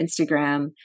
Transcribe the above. Instagram